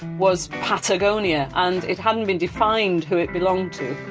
was patagonia, and it hadn't been defined who it belonged to.